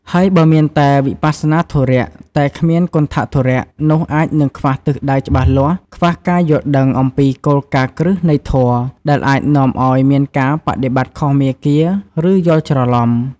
ហើយបើមានតែ វិបស្សនាធុរៈ តែគ្មាន គន្ថធុរៈ នោះអាចនឹងខ្វះទិសដៅច្បាស់លាស់ ខ្វះការយល់ដឹងអំពីគោលការណ៍គ្រឹះនៃធម៌ ដែលអាចនាំឱ្យមានការបដិបត្តិខុសមាគ៌ា ឬយល់ច្រឡំ។